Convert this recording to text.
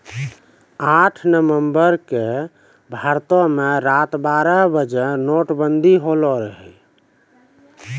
आठ नवम्बर के भारतो मे रात बारह बजे नोटबंदी होलो रहै